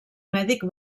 mèdic